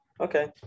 Okay